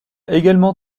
également